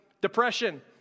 depression